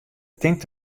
tinkt